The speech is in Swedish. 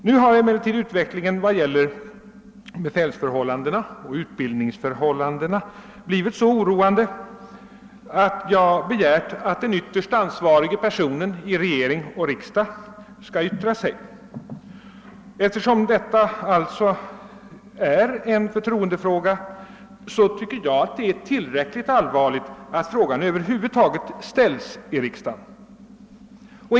Nu har emellertid utvecklingen i vad avser befälsförhållandena och utbildningsförhållandena blivit så oroande att jag begärt att den ytterst ansvariga personen i regering och riksdag skall yttra sig. Eftersom detta alltså är en förtroendefråga, är det enligt min mening tillräckligt allvarligt att frågan över huvud taget ställs i riksdagen.